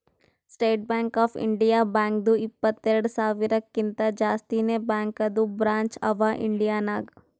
state Bank of India ಬ್ಯಾಂಕ್ದು ಇಪ್ಪತ್ತೆರೆಡ್ ಸಾವಿರಕಿಂತಾ ಜಾಸ್ತಿನೇ ಬ್ಯಾಂಕದು ಬ್ರ್ಯಾಂಚ್ ಅವಾ ಇಂಡಿಯಾ ನಾಗ್